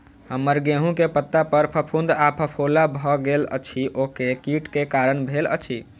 हम्मर गेंहूँ केँ पत्ता पर फफूंद आ फफोला भऽ गेल अछि, ओ केँ कीट केँ कारण भेल अछि?